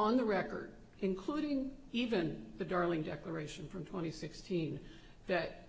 on the record including even the darling declaration from twenty sixteen that